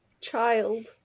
Child